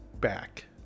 back